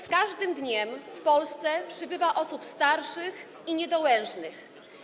Z każdym dniem w Polsce przybywa osób starszych i niedołężnych.